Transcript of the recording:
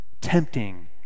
tempting